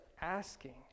asking